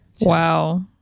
Wow